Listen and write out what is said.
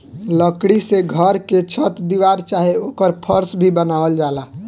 लकड़ी से घर के छत दीवार चाहे ओकर फर्स भी बनावल जाला